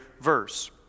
verse